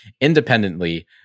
independently